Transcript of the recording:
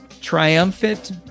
triumphant